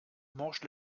mange